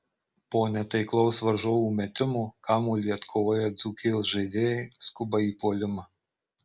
po netaiklaus varžovų metimo kamuolį atkovoję dzūkijos žaidėjai skuba į puolimą